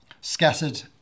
scattered